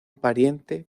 pariente